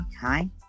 hi